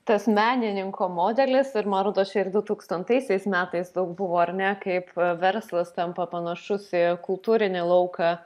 tas menininko modelis ir man rodos čia ir du tūkstantaisiais metais toks buvo ar ne kaip verslas tampa panašus į kultūrinį lauką